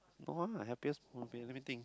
no lah happiest moment let me think